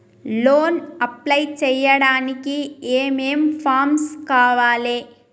Loan apply చేయడానికి ఏం ఏం ఫామ్స్ కావాలే?